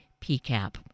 PCAP